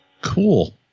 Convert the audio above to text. cool